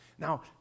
Now